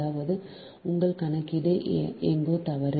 அதாவது உங்கள் கணக்கீடு எங்கோ தவறு